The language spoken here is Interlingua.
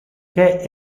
que